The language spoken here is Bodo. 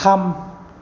थाम